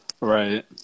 right